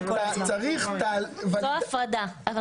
צריך תהליך ניקיון.